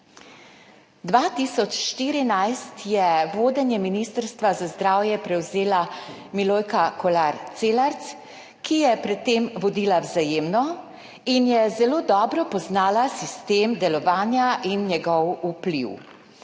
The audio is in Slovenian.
2014 je vodenje Ministrstva za zdravje prevzela Milojka Kolar Celarc, ki je pred tem vodila Vzajemno in je zelo dobro poznala sistem delovanja in njegov vpliv.